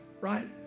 Right